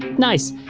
nice.